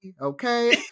okay